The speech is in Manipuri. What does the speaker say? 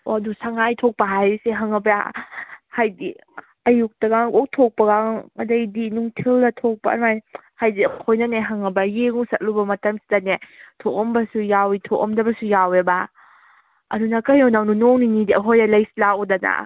ꯑꯣ ꯑꯗꯨ ꯁꯪꯉꯥꯏ ꯊꯣꯛꯄ ꯍꯥꯏꯔꯤꯁꯤ ꯈꯪꯉꯕ꯭ꯔ ꯍꯥꯏꯕꯗꯤ ꯑꯌꯨꯛꯇꯒ ꯑꯣꯛ ꯊꯣꯛꯄꯥꯒ ꯑꯗꯨꯗꯩꯗꯤ ꯅꯨꯡꯊꯤꯜꯗ ꯊꯣꯛꯄ ꯑꯗꯨꯃꯥꯏꯅ ꯍꯥꯏꯕꯗꯤ ꯑꯩꯈꯣꯏꯅꯅꯦ ꯈꯪꯉꯕ꯭ꯔꯥ ꯌꯦꯡꯉꯨ ꯆꯠꯂꯨꯕ ꯃꯇꯝꯁꯤꯗꯅꯦ ꯊꯣꯛꯑꯝꯕꯁꯨ ꯌꯥꯎꯏ ꯊꯣꯛꯑꯝꯗꯕꯁꯨ ꯌꯥꯎꯏꯕ ꯑꯗꯨꯅ ꯀꯩꯅꯣ ꯅꯪꯗꯣ ꯅꯣꯡ ꯅꯤꯅꯤꯗꯤ ꯑꯩꯈꯣꯏꯗ ꯂꯩꯁꯤ ꯂꯥꯛꯑꯣꯗꯅ